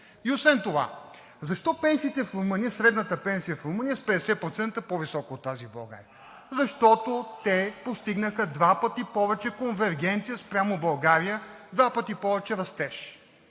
Освен това защо средната пенсия в Румъния е с 50% по-висока от тази в България? Защото те постигнаха два пъти повече конвергенция спрямо България, два пъти повече растеж